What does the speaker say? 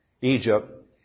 Egypt